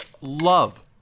love